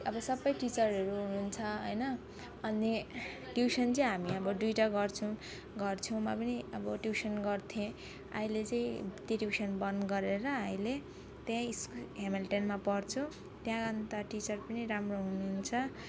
अब सबै टिचरहरू हुनुहुन्छ होइन अनि ट्युसन चाहिँ हामी अब दुईवटा गर्छौँ घरछेउमा पनि अब ट्युसन गर्थेँ अहिले चाहिँ ती ट्युसन बन्द गरेर अहिले यहीँ स्कुल हेमिल्टनमा पढ्छु त्यहाँ अन्त टिचर पनि हाम्रो हुनुहुन्छ